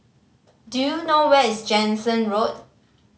do you know where is Jansen Road